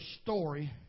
story